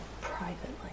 privately